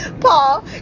paul